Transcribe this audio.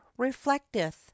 reflecteth